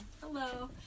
Hello